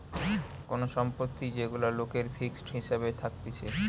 কোন সম্পত্তি যেগুলা লোকের ফিক্সড হিসাবে থাকতিছে